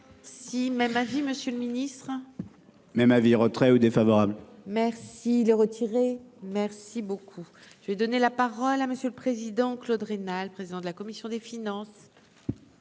Si même avis monsieur le Ministre. Même avis retrait ou défavorables. Merci les retirer, merci beaucoup, je vais donner la parole à monsieur le président, Claude Raynal, président de la commission des finances.